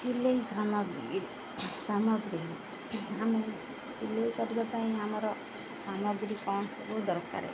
ସିଲେଇ ସାମଗ୍ରୀ ସାମଗ୍ରୀ ଆମେ ସିଲେଇ କରିବା ପାଇଁ ଆମର ସାମଗ୍ରୀ କ'ଣ ସବୁ ଦରକାର